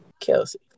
Kelsey